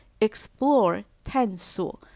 explore,探索